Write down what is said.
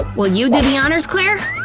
will you do the honors, claire?